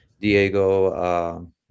Diego